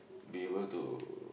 be able to